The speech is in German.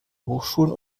hochschulen